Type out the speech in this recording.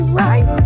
right